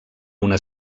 una